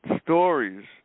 stories